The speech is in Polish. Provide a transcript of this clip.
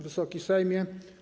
Wysoki Sejmie!